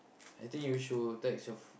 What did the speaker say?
I think we should text your